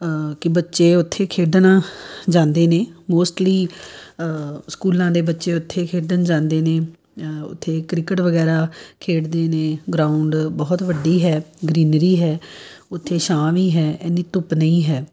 ਕਿ ਬੱਚੇ ਉੱਥੇ ਖੇਡਣ ਜਾਂਦੇ ਨੇ ਮੋਸਟਲੀ ਸਕੂਲਾਂ ਦੇ ਬੱਚੇ ਉੱਥੇ ਖੇਡਣ ਜਾਂਦੇ ਨੇ ਉੱਥੇ ਕ੍ਰਿਕਟ ਵਗੈਰਾ ਖੇਡਦੇ ਨੇ ਗਰਾਊਂਡ ਬਹੁਤ ਵੱਡੀ ਹੈ ਗ੍ਰੀਨਰੀ ਹੈ ਉੱਥੇ ਛਾਂ ਵੀ ਹੈ ਇੰਨੀ ਧੁੱਪ ਨਹੀਂ ਹੈ